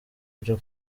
byo